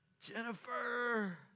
Jennifer